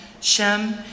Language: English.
Shem